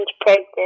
pregnant